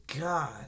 God